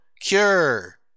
cure